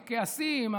הכעסים,